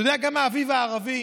אתה יודע, גם האביב הערבי